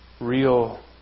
real